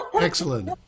Excellent